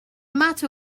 matter